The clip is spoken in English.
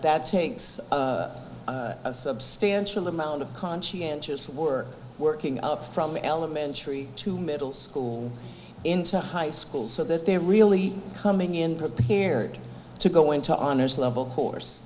that takes a substantial amount of conscientious work working out from elementary to middle school into high school so that they're really coming in prepared to go into honors level course